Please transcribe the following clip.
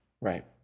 Right